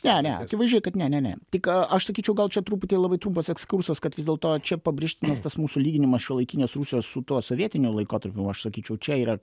ne ne akivaizdžiai kad ne ne ne tik aš sakyčiau gal čia truputį labai trumpas ekskursas kad vis dėlto čia pabrėžtinas tas mūsų lyginimas šiuolaikinės rusijos su tuo sovietiniu laikotarpiu aš sakyčiau čia yra